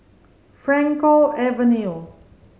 Frankel Avenue